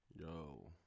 yo